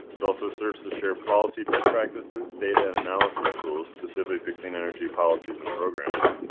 it also serves to share policy best practices, data and analysis tools specific to clean energy policies and programs.